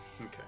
Okay